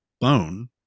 bone